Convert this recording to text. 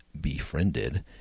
befriended